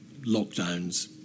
lockdowns